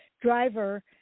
driver